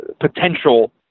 potential